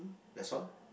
that's all